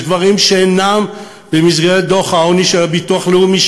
יש דברים שאינם במסגרת דוח העוני של הביטוח הלאומי,